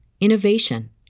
innovation